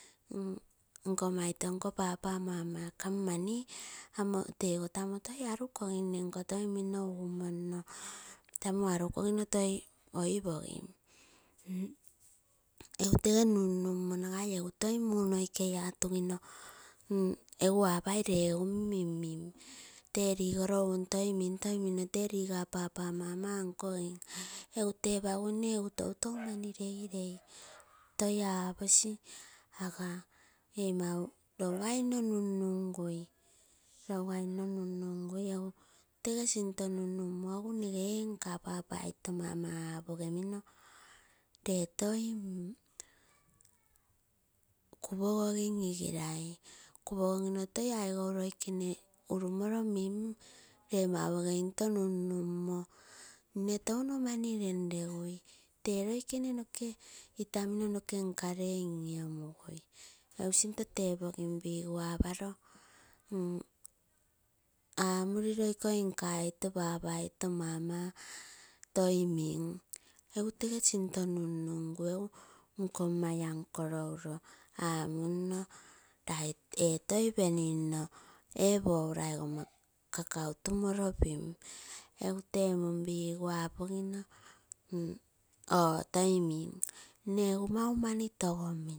Nkoma oito papa mama kamo mani kamo toi arukopim iko tou munno umono tamu arukopino toi oipogim egu tee num num oo nagai eguu toi muu noikei atugino egu apai lee egu lem minmin tee rigoro un toi min mino tee rigoma papa, mama egu tepapu nne toitou mani leilei toi aposi nne mau rougai nno nunnugui, longai nno nun nungai egu apoo tege sinto nun numoo egu nnege ee nkoma papa oito mama oito apureguo lee toi kupogogim ege lai rupogogino toi aigou mugou mim lee mau ege into nun nungu nne touno mani len legui tee loikene noke itamino noke liarei in inomui epu sinto tepogim pigu aparo amurilo nkoi papa, mama toi nuim ege tege sinto nun nugu egu nkomai uncle uroo amunoo lai ee toi penimo pou laigoma kakau tamoro pim egu temumpigu apogino oo toi mim nne egu maumani togomino.